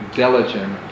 diligent